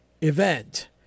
event